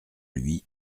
lui